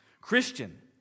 Christian